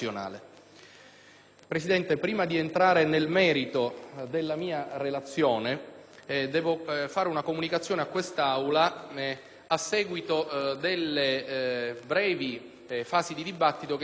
Presidente, prima di entrare nel merito della mia relazione devo fare una comunicazione all'Aula a seguito delle brevi fasi di dibattito che si sono svolte